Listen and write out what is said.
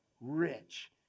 rich